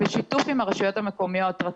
בשיתוף עם הרשויות המקומיות רט"ג,